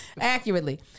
Accurately